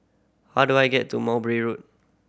how do I get to Mowbray Road